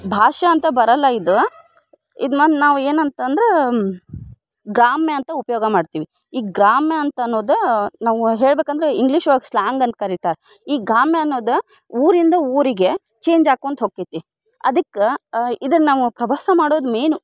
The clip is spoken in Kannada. ಭಾಷೆ ಅಂತ ಬರೋಲ್ಲ ಇದು ಇದನ್ನ ನಾವು ಏನಂತ ಅಂದರೆ ಗ್ರಾಮ್ಯ ಅಂತ ಉಪಯೋಗ ಮಾಡ್ತೀವಿ ಈ ಗ್ರಾಮ್ಯ ಅಂತ ಅನ್ನೋದು ನಾವು ಹೇಳ್ಬೇಕೆಂದರೆ ಇಂಗ್ಲೀಷ್ ಒಳಗೆ ಸ್ಲ್ಯಾಂಗ್ ಅಂತ ಕರಿತಾರೆ ಈ ಗ್ರಾಮ್ಯ ಅನ್ನೋದು ಊರಿಂದ ಊರಿಗೆ ಚೇಂಜ್ ಆಕ್ಕೊಂತ ಹೋಕ್ಕೈತಿ ಅದಕ್ಕೆ ಇದು ನಾವು ಪ್ರವಾಸ ಮಾಡೋದು ಮೇನು